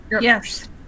Yes